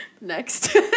Next